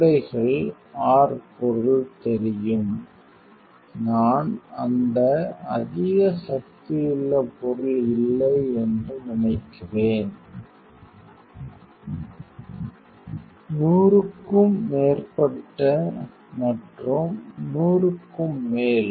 கூடைகள் r பொருள் தெரியும் நான் அந்த அதிக சக்தியுள்ள பொருள் இல்லை என்று நினைக்கிறேன் 100 க்கும் மேற்பட்ட மற்றும் 100 முறைக்கு மேல்